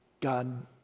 God